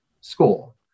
school